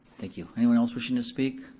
thank you, anyone else wishing to speak?